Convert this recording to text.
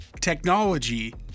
technology